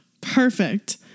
perfect